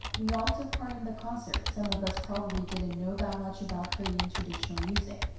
we all took part in the concert. some of us probably didn't know that much about korean traditional music.